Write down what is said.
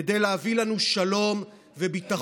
כדי להביא לנו שלום וביטחון,